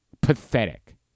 Pathetic